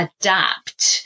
adapt